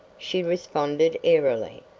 she responded airily.